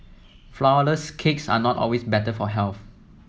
flourless cakes are not always better for health